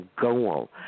goal